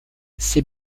ses